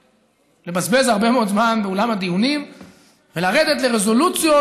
לבזבז הרבה מאוד זמן באולם הדיונים ולרדת לרזולוציות